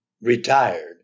retired